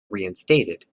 reinstated